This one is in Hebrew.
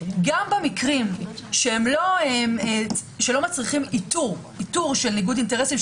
גם במקרים שלא מצריכים איתור של ניגוד אינטרסים,